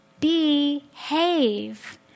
behave